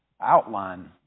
outline